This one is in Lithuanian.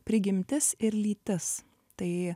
prigimtis ir lytis tai